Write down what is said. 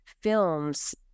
films